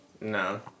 No